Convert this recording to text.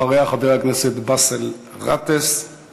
אחריה, חבר הכנסת באסל גטאס,